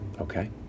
Okay